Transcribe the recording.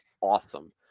awesome